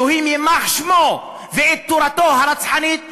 אלוהים ימחה שמו ואת תורתו הרצחנית והגזענית.